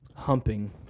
Humping